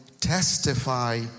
testify